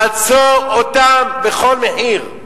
לעצור אותם בכל מחיר,